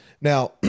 now